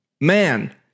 man